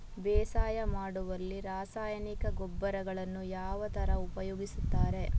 ಬೇಸಾಯ ಮಾಡುವಲ್ಲಿ ರಾಸಾಯನಿಕ ಗೊಬ್ಬರಗಳನ್ನು ಯಾವ ತರ ಉಪಯೋಗಿಸುತ್ತಾರೆ?